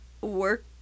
work